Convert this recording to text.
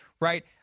right